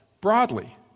broadly